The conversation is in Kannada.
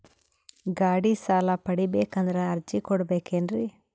ಗಾಡಿ ಸಾಲ ಪಡಿಬೇಕಂದರ ಅರ್ಜಿ ಕೊಡಬೇಕೆನ್ರಿ?